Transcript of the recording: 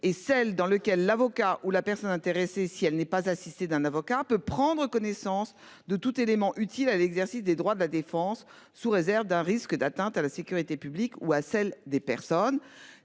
et celle dans lequel l'avocat ou la personne intéressée si elle n'est pas assisté d'un avocat peut prendre connaissance de tout élément utile à l'exercice des droits de la défense, sous réserve d'un risque d'atteinte à la sécurité publique ou à celle des personnes.